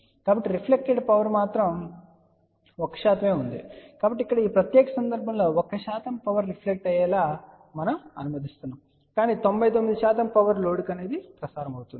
కాబట్టి reflected power 1 మాత్రమే ఉంటుంది కాబట్టి ఇక్కడ ఈ ప్రత్యేక సందర్భంలో 1 పవర్ రిఫ్లెక్ట్ అయ్యేలా మనం అనుమతిస్తున్నాము కాని 99 పవర్ లోడ్కు ప్రసారం అవుతుంది